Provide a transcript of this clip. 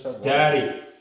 Daddy